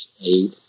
eight